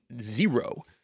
zero